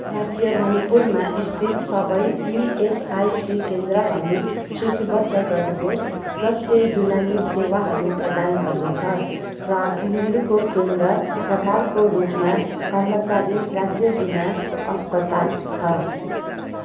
राज्य मणिपुरमा स्थित सबै इएसआइसी केन्द्रहरू सूचीबद्ध गर्नुहोस् जसले युनानी सेवाहरू प्रदान गर्दछ र तिनीहरूको केन्द्र प्रकारको रूपमा कर्मचारी राज्य बिना अस्पताल छ